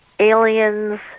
Aliens